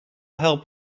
help